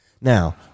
Now